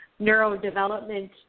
neurodevelopment